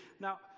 Now